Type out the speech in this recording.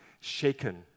Shaken